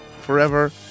forever